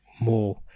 more